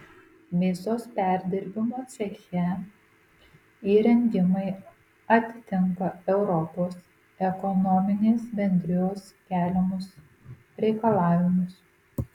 mėsos perdirbimo ceche įrengimai atitinka europos ekonominės bendrijos keliamus reikalavimus